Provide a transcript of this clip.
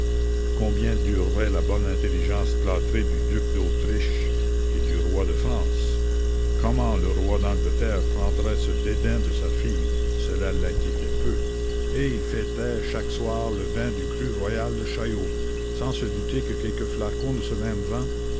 combien durerait la bonne intelligence plâtrée du duc d'autriche et du roi de france comment le roi d'angleterre prendrait ce dédain de sa fille cela l'inquiétait peu et il fêtait chaque soir le vin du cru royal de chaillot sans se douter que quelques flacons de ce même vin